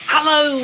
Hello